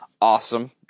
awesome